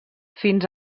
fins